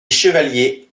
chevalier